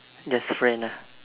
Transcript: just friend ah